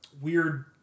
weird